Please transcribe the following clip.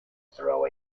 throw